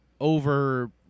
over